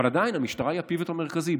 אבל עדיין המשטרה היא הפעילות המרכזית.